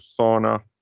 sauna